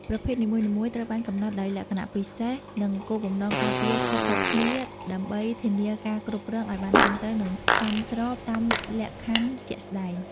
ប្រភេទនីមួយៗត្រូវបានកំណត់ដោយលក្ខណៈពិសេស និងគោលបំណងការពារខុសៗគ្នា ដើម្បីធានាការគ្រប់គ្រងឱ្យបានត្រឹមត្រូវ និងសមស្របតាមលក្ខខណ្ឌជាក់ស្តែង។